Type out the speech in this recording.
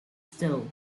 still